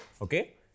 okay